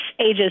ages